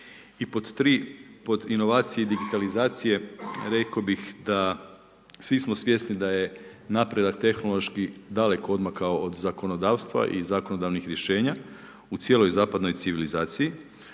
I pod tri, pod inovacije i digitalizacije rekao bih da svi smo svjesni da je napredak tehnološki daleko odmakao od zakonodavstva i zakonodavnih rješenja u cijeloj zapadnoj civilizaciji,